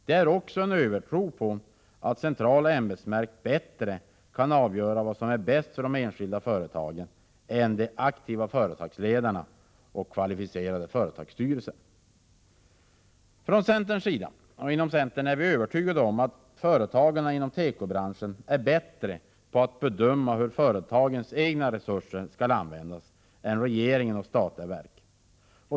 Där finns också en övertro på att centrala ämbetsverk bättre kan avgöra vad som är bäst för det enskilda företaget än de aktiva företagsledarna och kvalificerade företagsstyrelser. Vi inom centern är övertygade om att företagarna är bättre på att bedöma hur det egna företagets resurser skall användas än regeringen och statliga verk.